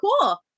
cool